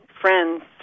friends